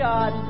God